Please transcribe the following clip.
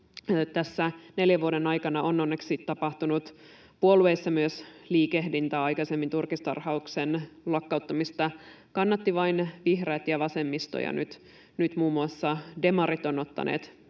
Tässä neljän vuoden aikana on onneksi tapahtunut myös puolueissa liikehdintää. Aikaisemmin turkistarhauksen lakkauttamista kannattivat vain vihreät ja vasemmisto, ja nyt muun muassa SDP on ottanut